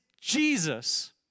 Jesus